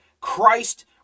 Christ